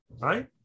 Right